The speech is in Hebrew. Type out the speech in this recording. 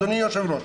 אדוני היושב-ראש.